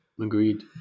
Agreed